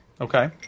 okay